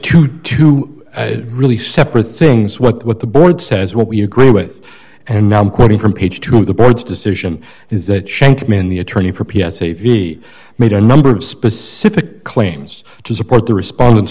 it's two to really separate things what the board says what we agree with and i'm quoting from page two of the board's decision is that shankman the attorney for p s a ve made a number of specific claims to support the respondents